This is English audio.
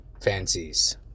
fancies